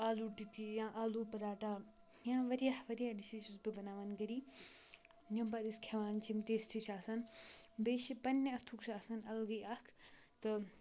آلوٗ ٹِکی یا آلوٗ پَراٹھا یا وارِیاہ واریاہ ڈِشِز چھُس بہٕ بَناوان گَری یِم پَتہٕ أسۍ کھٮ۪وان چھِ یِم ٹیسٹی چھِ آسان بیٚیہِ چھِ پنٛنہِ اَتھُک چھُ آسان اَلگٕے اَکھ تہٕ